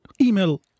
email